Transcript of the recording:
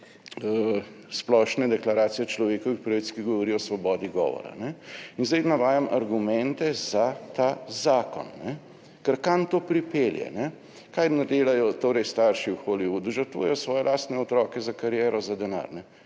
Splošne deklaracije človekovih pravic, ki govori o svobodi govora. In zdaj navajam argumente za ta zakon. Ker kam to pripelje? Kaj jim torej delajo starši v Hollywoodu? Žrtvujejo svoje lastne otroke za kariero, za denar.